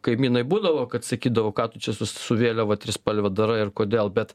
kaimynai būdavo kad sakydavo ką tu čia su vėliava trispalve darai ir kodėl bet